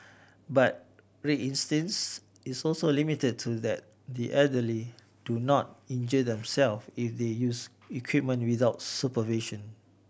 but resistance is also limited to that the elderly do not injure themselves if they use equipment without supervision